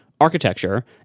architecture